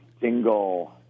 single